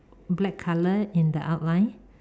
black color in the outline